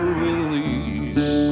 release